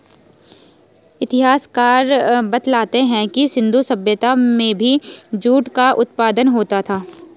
इतिहासकार बतलाते हैं कि सिन्धु सभ्यता में भी जूट का उत्पादन होता था